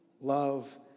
love